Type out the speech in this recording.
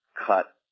cut